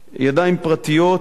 ידיים פרטיות,